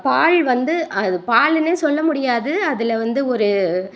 பால் வந்து அது பாலுன்னே சொல்ல முடியாது அதில் வந்து ஒரு